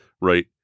right